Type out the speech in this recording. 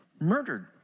murdered